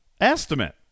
estimate